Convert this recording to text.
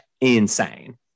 insane